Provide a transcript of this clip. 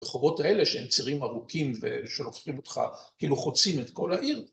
הרחובות האלה שהם צירים ארוכים ושלופתים אותך, כאילו חוצים את כל העיר.